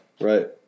Right